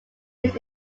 his